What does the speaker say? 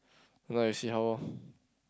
tonight we see how lor